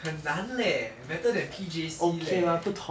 很难 leh better than P_J_C leh